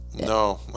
no